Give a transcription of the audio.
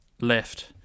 left